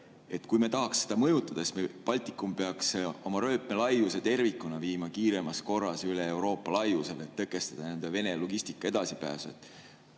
kui me tahaksime seda mõjutada, siis Baltikum peaks oma rööpmelaiuse tervikuna viima kiiremas korras üle Euroopa laiusele, et tõkestada Vene logistika edasipääsu.